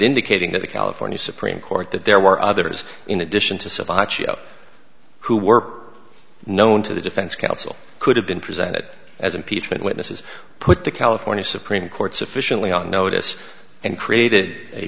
indicating that the california supreme court that there were others in addition to survive who were known to the defense counsel could have been presented as impeachment witnesses put the california supreme court sufficiently on notice and created a